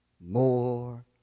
More